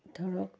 ধৰক